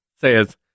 says